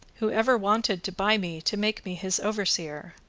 who ever wanted to buy me to make me his overseer.